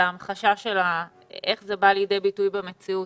ההמחשה איך זה בא לידי ביטוי במציאות.